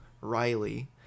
Riley